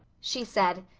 she said,